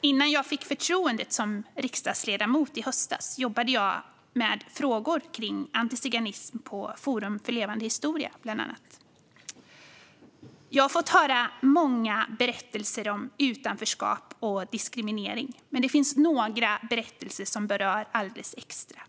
Innan jag fick förtroendet som riksdagsledamot i höstas jobbade jag med frågor om antiziganism på bland annat Forum för levande historia. Jag har fått höra många berättelser om utanförskap och diskriminering. Det finns några berättelser berör alldeles extra.